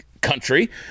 country